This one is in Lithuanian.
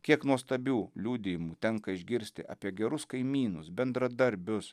kiek nuostabių liudijimų tenka išgirsti apie gerus kaimynus bendradarbius